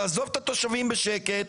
יעזוב את התושבים בשקט